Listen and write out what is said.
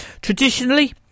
Traditionally